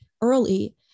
early